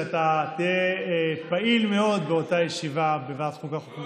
שאתה תהיה פעיל מאוד באותה ישיבה בוועדת החוקה,